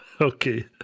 Okay